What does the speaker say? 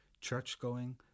church-going